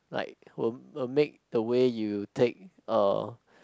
like would would make the way you take uh